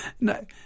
No